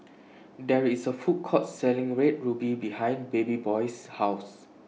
There IS A Food Court Selling Red Ruby behind Babyboy's House